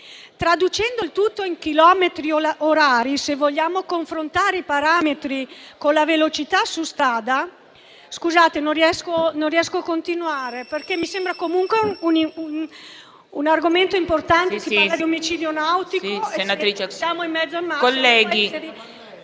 Traducendo il tutto in chilometri orari, se vogliamo confrontare i parametri con la velocità su strada...